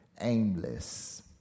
aimless